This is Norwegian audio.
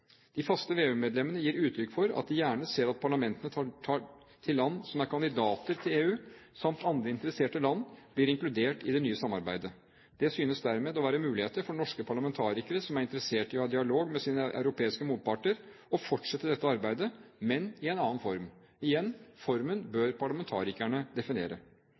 De faste VEU-medlemmene gir uttrykk for at de gjerne ser at parlamentene i land som er kandidater til EU, samt andre interesserte land, blir inkludert i det nye samarbeidet. Det synes dermed å være muligheter for norske parlamentarikere som er interessert i å ha en dialog med sine europeiske motparter, å fortsette dette arbeidet, men i en annen form. Igjen: Formen bør parlamentarikerne definere.